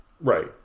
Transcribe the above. right